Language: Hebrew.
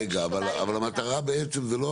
רגע, אבל המטרה בעצם זה לא